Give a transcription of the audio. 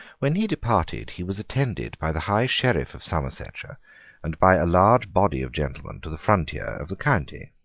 when he departed, he was attended by the high sheriff of somersetshire and by a large body of gentlemen to the frontier of the county,